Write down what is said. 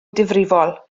difrifol